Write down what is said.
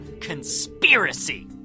conspiracy